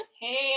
Hey